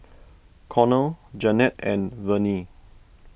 Conor Jannette and Vernie